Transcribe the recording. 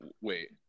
Wait